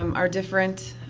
um are different,